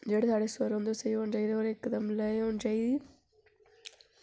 जेह्ड़े साढ़े सुॅर होंदे ओह् स्हेई होने चाहिदे और इक्क दम लैऽ होनी चाहिदी